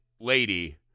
lady